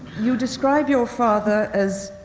you describe your father as,